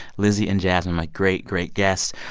lizzie and jasmine, my great, great guests.